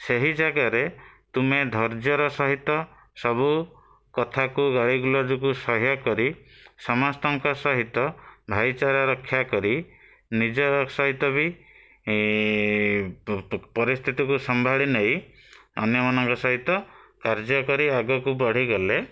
ସେହି ଜାଗାରେ ତୁମେ ଧର୍ଯ୍ୟର ସହିତ ସବୁ କଥାକୁ ଗାଳିଗୁଲଜକୁ ସହ୍ୟ କରି ସମସ୍ତଙ୍କ ସହିତ ଭାଇଚାରା ରକ୍ଷା କରି ନିଜ ସହିତ ବି ପରିସ୍ଥିତିକୁ ସମ୍ଭାଳି ନେଇ ଅନ୍ୟମାନଙ୍କ ସହିତ କାର୍ଯ୍ୟ କରି ଆଗକୁ ବଢ଼ିଗଲେ